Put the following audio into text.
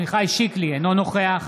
אינו נוכח